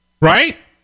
right